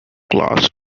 classed